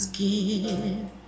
give